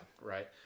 right